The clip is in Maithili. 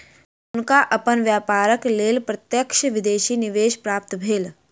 हुनका अपन व्यापारक लेल प्रत्यक्ष विदेशी निवेश प्राप्त भेल